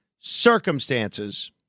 circumstances